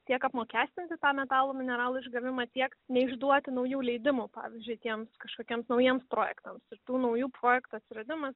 tiek apmokestinti tą metalų mineralų išgavimą tiek neišduoti naujų leidimų pavyzdžiui tiems kažkokiems naujiems projektams ir tų naujų projektų atsiradimas